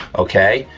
okay,